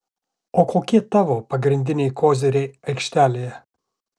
o kokie tavo pagrindiniai koziriai aikštelėje